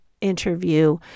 interview